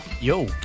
Yo